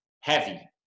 heavy